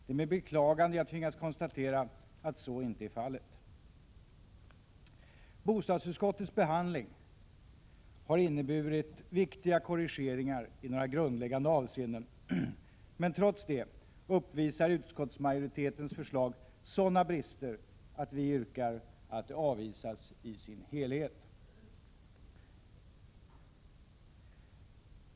Det är med beklagande jag tvingas konstatera att så inte är fallet. Bostadsutskottets behandling har inneburit viktiga korrigeringar i några grundläggande avseenden, men trots detta uppvisar utskottsmajoritetens förslag sådana brister att vi yrkar att det avvisas i sin helhet.